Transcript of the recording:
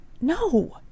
No